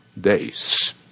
days